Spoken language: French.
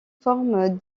formes